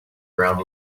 brown